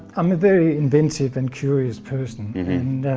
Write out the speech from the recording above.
i'm a very inventive and curious person and